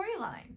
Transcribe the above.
storyline